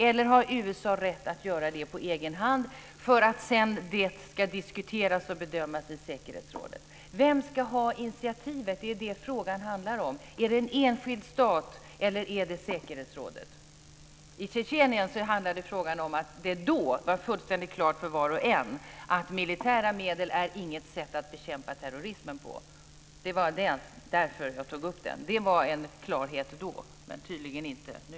Eller har USA rätt att göra det på egen hand för att det sedan ska diskuteras och bedömas i säkerhetsrådet? Vem ska ha initiativet - det är det frågan handlar om - är det en enskild stat eller är det säkerhetsrådet? När det gäller Tjetjenien handlade frågan om att det då var fullständigt klart för var och en att militära medel inte är något sätt att bekämpa terrorismen på, och det var därför jag tog upp den. Det var en klarhet då, men tydligen inte nu.